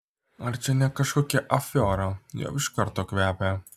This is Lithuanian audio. ar čia ne kažkokia afiora jau iš karto kvepia